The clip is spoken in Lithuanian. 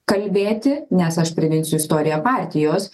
kalbėti nes aš priminsiu istoriją partijos